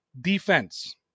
defense